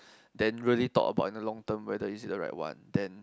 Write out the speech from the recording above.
then really thought about in the long term whether is it the right one then